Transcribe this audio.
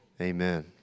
Amen